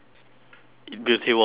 beauty world mall